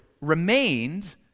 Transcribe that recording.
remained